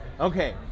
Okay